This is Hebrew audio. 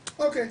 אוקיי,